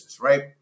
right